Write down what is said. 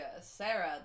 Sarah